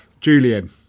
Julian